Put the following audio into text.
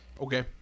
Okay